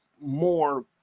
more